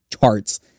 charts